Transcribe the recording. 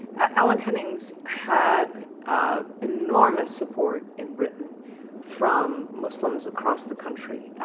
alan henning had enormous support in britain from muslims across the country.